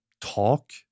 talk